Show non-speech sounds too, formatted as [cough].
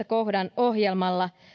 [unintelligible] kohdan ohjelmalla